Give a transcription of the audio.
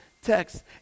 text